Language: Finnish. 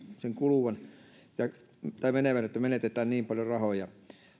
sen menevän niin paljon menetetään rahoja